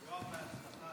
יואב, בהצלחה.